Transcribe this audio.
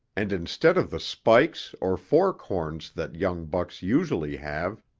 and instead of the spikes or fork horn that young bucks usually have,